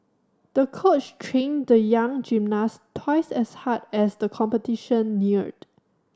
the coach trained the young gymnast twice as hard as the competition neared